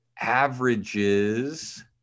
averages –